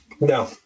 No